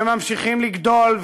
שממשיכים לגדול,